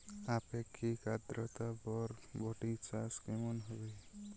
আপেক্ষিক আদ্রতা বরবটি চাষ কেমন হবে?